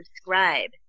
subscribe